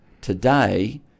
today